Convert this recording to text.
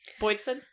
Boydson